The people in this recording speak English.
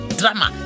drama